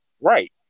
Right